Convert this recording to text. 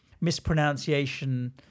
mispronunciation